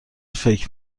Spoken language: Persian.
فکر